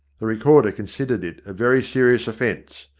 the recorder considered it a very serious offence.